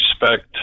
respect